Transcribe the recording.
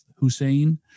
Hussein